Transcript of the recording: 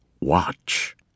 watch